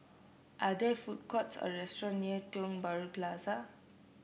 are there food courts or restaurants near Tiong Bahru Plaza